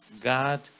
God